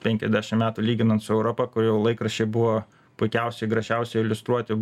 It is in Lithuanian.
penkiasdešim metų lyginant su europa kur jau laikraščiai buvo puikiausiai gražiausiai iliustruoti